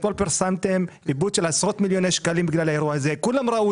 אתמול פרסמתם איבוד של עשרות מיליוני שקלים בגלל האירוע הזה.